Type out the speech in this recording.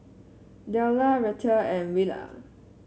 Dahlia Reatha and Willa